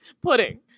Pudding